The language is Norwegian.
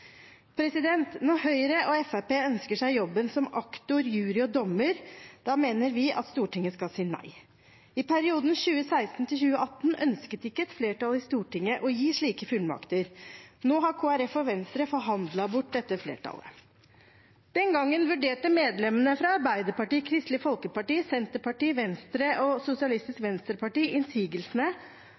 Når Høyre og Fremskrittspartiet ønsker seg jobben som aktor, jury og dommer, mener vi at Stortinget skal si nei. I perioden 2016–2018 ønsket ikke et flertall i Stortinget å gi slike fullmakter. Nå har Kristelig Folkeparti og Venstre forhandlet bort dette flertallet. Den gangen vurderte medlemmene fra Arbeiderpartiet, Kristelig Folkeparti, Senterpartiet, Venstre og Sosialistisk Venstreparti innsigelsene